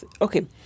Okay